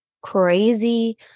crazy